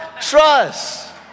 trust